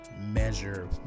measure